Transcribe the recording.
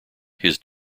his